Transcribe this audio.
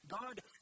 God